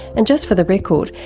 and just for the record,